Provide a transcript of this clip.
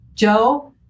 Joe